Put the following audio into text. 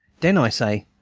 den i say,